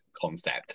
concept